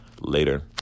Later